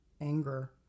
anger